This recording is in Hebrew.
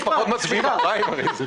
כפי שנאמר פה על ידי הגורמים השונים,